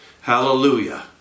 Hallelujah